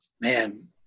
Man